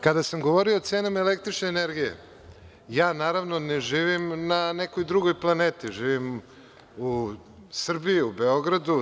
Kada sam govorio o cenama električne energije, ja, naravno, ne živim na nekoj drugoj planeti, živim u Srbiji, u Beogradu.